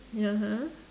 ya !huh!